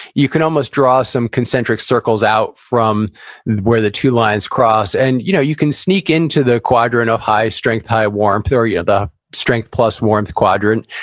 you can almost draw some concentric circles out from where the two lines cross. and you know you can sneak into the quadrant of high strength, high warmth area. the strength plus warmth quadrant.